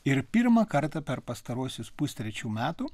ir pirmą kartą per pastaruosius pustrečių metų